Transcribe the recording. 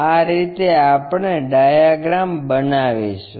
આ રીતે આપણે ડાયાગ્રામ બનાવીશું